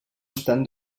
estan